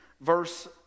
verse